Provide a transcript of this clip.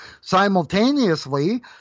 Simultaneously